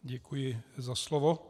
Děkuji za slovo.